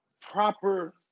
proper